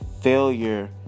failure